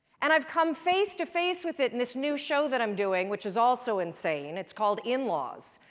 and i've come face to face with it in this new show that i'm doing, which is also insane, it's called in-laws.